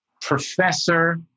professor